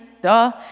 duh